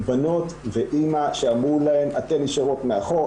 בנות ואמא שאמרו להן 'אתן נשארות מאחור,